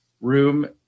room